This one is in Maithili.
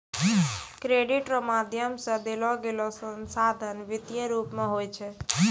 क्रेडिट रो माध्यम से देलोगेलो संसाधन वित्तीय रूप मे हुवै छै